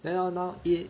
then how now e~